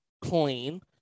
clean